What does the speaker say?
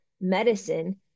medicine